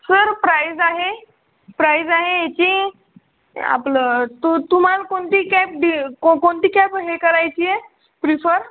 sir price आहे price आहे याची आपलं तु तुम्हाला कोणती कॅब डी को कोणती कॅब हे करायची आहे प्रीफर